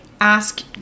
ask